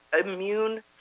immune